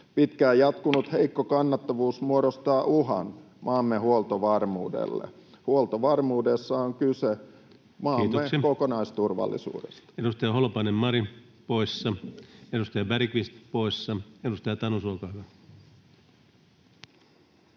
Pitkään jatkunut heikko kannattavuus muodostaa uhan maamme huoltovarmuudelle. Huoltovarmuudessa on kyse maan kokonaisturvallisuudesta. Kiitoksia. — Edustaja Holopainen, Mari poissa, edustaja Bergqvist poissa. — Edustaja Tanus, olkaa hyvä.